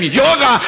yoga